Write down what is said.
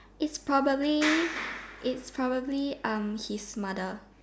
is probably is probably um his mother